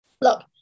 look